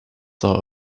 thought